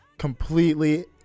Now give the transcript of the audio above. completely